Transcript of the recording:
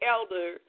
Elder